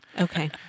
Okay